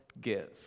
give